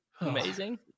Amazing